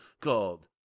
called